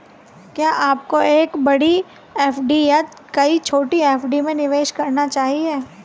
क्या आपको एक बड़ी एफ.डी या कई छोटी एफ.डी में निवेश करना चाहिए?